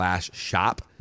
shop